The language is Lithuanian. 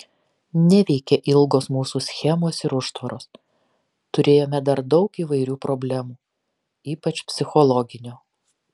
neveikė ilgos mūsų schemos ir užtvaros turėjome dar daug įvairių problemų ypač psichologinių